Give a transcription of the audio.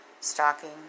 stocking